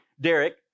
Derek